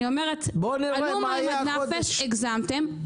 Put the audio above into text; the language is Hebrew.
אני אומרת הגיעו מים עד נפש, הגזמתם.